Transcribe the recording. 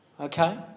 okay